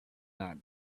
not